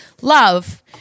love